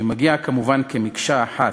שמגיע כמובן מקשה אחת.